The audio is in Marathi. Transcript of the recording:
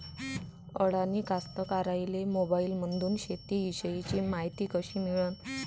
अडानी कास्तकाराइले मोबाईलमंदून शेती इषयीची मायती कशी मिळन?